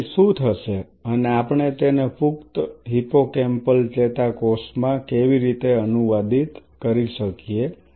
પછી શું થશે અને આપણે તેને પુખ્ત હિપ્પોકેમ્પલ ચેતાકોષમાં કેવી રીતે અનુવાદિત કરી શકીએ